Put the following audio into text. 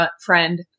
friend